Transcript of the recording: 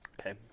Okay